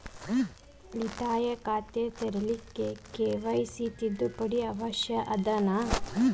ಉಳಿತಾಯ ಖಾತೆ ತೆರಿಲಿಕ್ಕೆ ಕೆ.ವೈ.ಸಿ ತಿದ್ದುಪಡಿ ಅವಶ್ಯ ಅದನಾ?